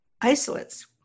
isolates